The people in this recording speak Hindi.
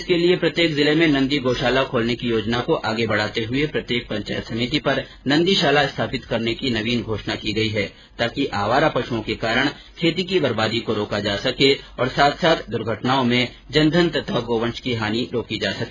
उन्होंने बताया कि इसके लिए प्रत्येक ॅजिले में नन्दी गौशाला खोलने की योजना को आगे बढ़ाते हुए प्रत्येक पंचायत समिति पर नन्दीशाला स्थापित करने की नवीन घोषणा की गई है ताकि आवारा पश्ओं के कारण खेती की बर्बादी को रोका जा सके और साथ साथ द्र्घटनाओं में जन धन तथा गोवंश की हानि रोकी जा सके